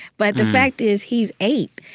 but the fact is he's eight.